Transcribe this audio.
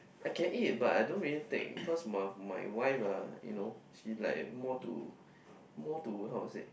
I can eat but I don't really take cause of my wife ah you know she like more to more to how to say